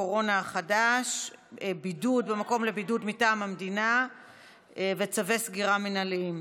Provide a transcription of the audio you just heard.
הקורונה החדש (בידוד במקום לבידוד מטעם המדינה וצווי סגירה מינהליים),